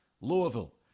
Louisville